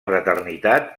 fraternitat